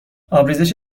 آبریزش